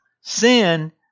sin